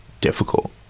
difficult